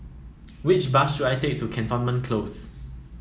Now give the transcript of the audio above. which bus should I take to Cantonment Close